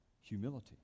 Humility